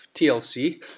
TLC